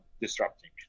disrupting